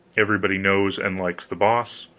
everybody knows and likes the boss,